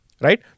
right